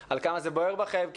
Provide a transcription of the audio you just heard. על כמה זה בוער בכם,